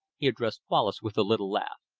he addressed wallace with a little laugh,